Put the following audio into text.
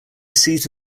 seat